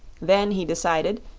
then he decided,